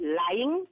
lying